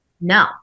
No